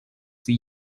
sie